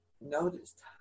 noticed